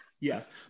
Yes